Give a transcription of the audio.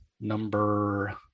number